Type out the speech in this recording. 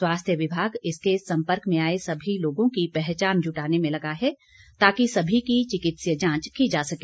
स्वास्थ्य विभाग इसके संपर्क में आए सभी लोगों की पहचान जुटाने में लगा है ताकि सभी की चिकित्सीय जांच की जा सके